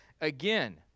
again